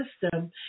system